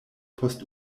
post